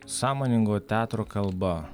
sąmoningo teatro kalba